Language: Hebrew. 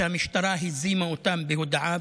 והמשטרה הזימה אותן בהודעה,